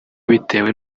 bitewe